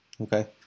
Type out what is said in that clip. okay